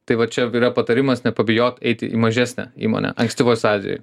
tai va čia yra patarimas nepabijot eiti į mažesnę įmonę ankstyvoj fazėj